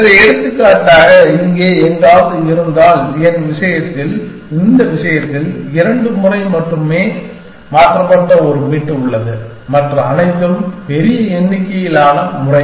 எனவே எடுத்துக்காட்டாக இங்கே எங்காவது இருந்தால் என் விஷயத்தில் இந்த விஷயத்தில் இரண்டு முறை மட்டுமே மாற்றப்பட்ட ஒரு பிட் உள்ளது மற்ற அனைத்தும் பெரிய எண்ணிக்கையிலான முறை